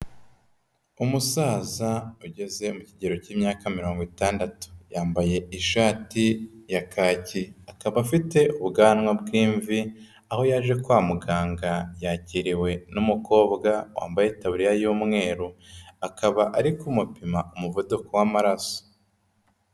Umusaza ugeze mu kigero cy'imyaka mirongo itandatu. Yambaye ishati ya kaki, akaba afite ubwanwa bw'imvi, aho yaje kwa muganga, yakiriwe n'umukobwa wambaye itabuririya y'umweru. Akaba ari kumupima umuvuduko w'amaraso.